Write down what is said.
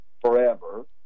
forever